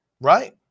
Right